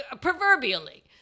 proverbially